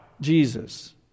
Jesus